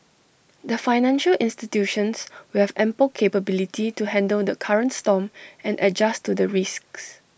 the financial institutions will have ample capability to handle the current storm and adjust to the risks